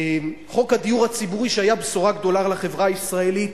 חוק הדיור הציבורי שהיה בשורה גדולה לחברה הישראלית,